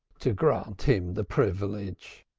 to grant him the privilege.